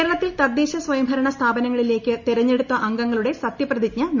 കേരളത്തിൽ തദ്ദേശസ്വയംഭരണ സ്ഥാപനങ്ങളിലേയ്ക്ക് തെരഞ്ഞെടുത്ത അംഗങ്ങളുടെ സത്യപ്രതിജ്ഞ നാളെ